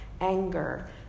anger